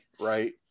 right